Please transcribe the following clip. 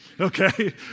Okay